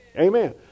Amen